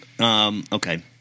Okay